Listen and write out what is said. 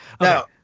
Now